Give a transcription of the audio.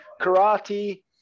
karate